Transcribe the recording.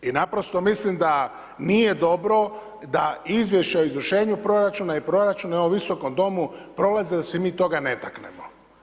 I naprosto mislim da nije dobro da Izvješća o izvršenju proračuna i Proračun u ovom visokom domu prolazi da se mi toga ne taknemo.